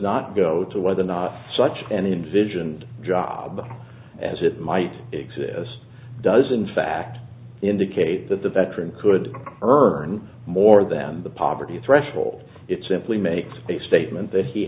not go to whether or not such and in vision job as it might exist does in fact indicate that the veteran could earn more than the poverty threshold it simply makes a statement that he